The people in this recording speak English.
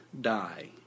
die